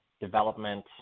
development